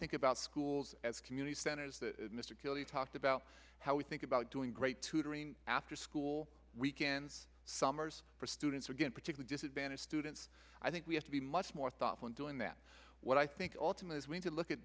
think about schools as community standards that mr keelty talked about how we think about doing great tutoring after school weekends summers for students again particular disadvantaged students i think we have to be much more thoughtful in doing that what i think ultimately is going to look at